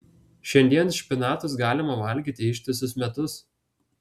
šiandien špinatus galima valgyti ištisus metus